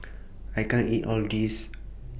I can't eat All The This